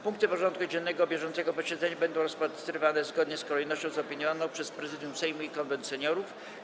Punkty porządku dziennego bieżącego posiedzenia będą rozpatrywane zgodnie z kolejnością zaopiniowaną przez Prezydium Sejmu i Konwent Seniorów.